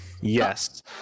Yes